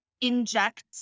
inject